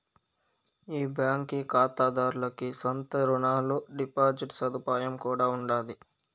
ఈ బాంకీ కాతాదార్లకి సొంత రునాలు, డిపాజిట్ సదుపాయం కూడా ఉండాది